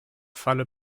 falle